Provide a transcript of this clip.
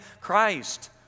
Christ